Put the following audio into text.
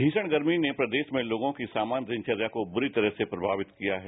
भीषण गर्मी ने प्रदेश में लोगों की सामान्य दिनवर्या को बुरी तरह से प्रभावित किया है